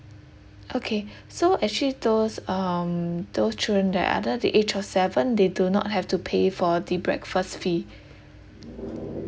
okay so actually those um those children that are under the age of seven they do not have to pay for the breakfast fee